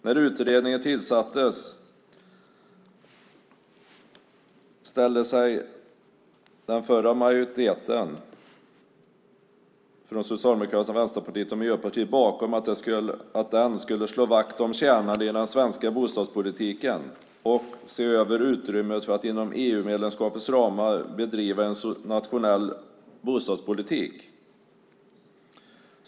När utredningen tillsattes ställde sig den tidigare majoriteten bestående av Socialdemokraterna, Vänsterpartiet och Miljöpartiet bakom att den skulle slå vakt om kärnan i den svenska bostadspolitiken och se över utrymmet för att inom EU-medlemskapets ramar bedriva en nationell bostadspolitik.